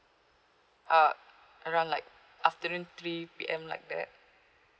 uh around like afternoon three P_M like that